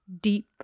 deep